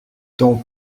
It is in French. ton